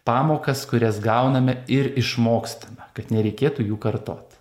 pamokas kurias gauname ir išmokstame kad nereikėtų jų kartot